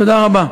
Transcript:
תודה רבה.